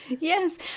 Yes